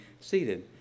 Seated